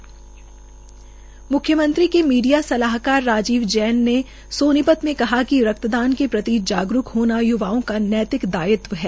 म्ख्यमंत्री के मीडिया सलाहकार राजीव जैन ने सोनीपत में कहा कि रक्तदान के प्रति जागरूकता होना य्वाओं का नैतिक दायित्व है